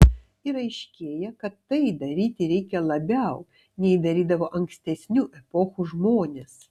ir aiškėja kad tai daryti reikia labiau nei darydavo ankstesnių epochų žmonės